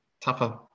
tougher